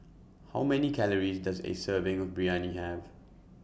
How Many Calories Does A Serving of Biryani Have